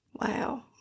Wow